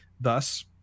thus